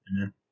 Amen